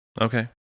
Okay